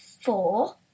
four